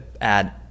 add